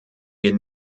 wir